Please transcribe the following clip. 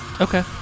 Okay